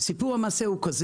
סיפור המעשה הוא זה: